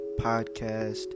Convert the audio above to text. podcast